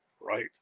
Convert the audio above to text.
right